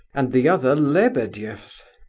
and the other lebedeff's.